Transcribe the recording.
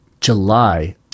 July